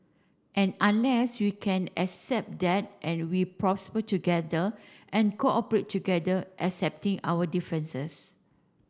and unless we can accept that and we prosper together and cooperate together accepting our differences